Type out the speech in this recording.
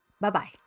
Bye-bye